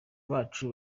bacu